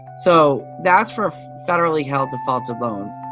so that's for federally held defaulted loans